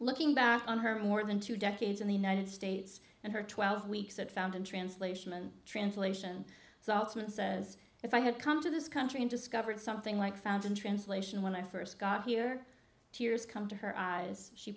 looking back on her more than two decades in the united states and her twelve weeks at found in translation and translation so says if i had come to this country in discovered something like found in translation when i first got here tears come to her eyes she